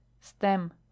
stem